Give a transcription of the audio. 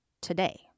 today